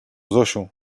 zosiu